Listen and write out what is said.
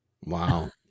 Wow